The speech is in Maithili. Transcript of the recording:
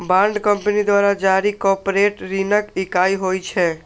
बांड कंपनी द्वारा जारी कॉरपोरेट ऋणक इकाइ होइ छै